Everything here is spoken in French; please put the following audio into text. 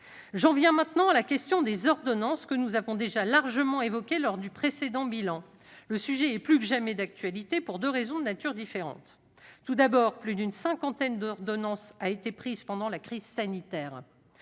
J'en viens maintenant à la question des ordonnances, que nous avions déjà largement évoquée lors du précédent bilan. Le sujet est plus que jamais d'actualité, pour deux raisons de nature différente. Tout d'abord, plus d'une cinquantaine d'ordonnances ont été prises pendant la crise sanitaire.